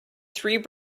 three